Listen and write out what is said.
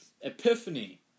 Epiphany